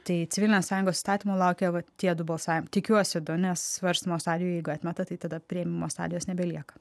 tai civilinės sąjungos įstatymo laukia va tie du balsavim tikiuosi du nes svarstymo stadijoj ga atmeta tai tada priėmimo stadijos nebelieka